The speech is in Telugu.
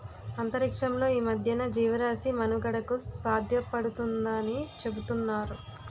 అంతరిక్షంలో ఈ మధ్యన జీవరాశి మనుగడకు సాధ్యపడుతుందాని చూతున్నారు